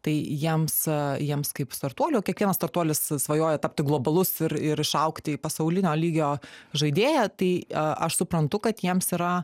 tai jiems jiems kaip startuoliui kiekvienas startuolis svajoja tapti globalus ir ir išaugti į pasaulinio lygio žaidėją tai aš suprantu kad jiems yra